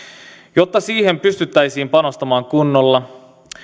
jotta siihen pystyttäisiin panostamaan kunnolla